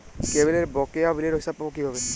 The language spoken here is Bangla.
কেবলের বকেয়া বিলের হিসাব পাব কিভাবে?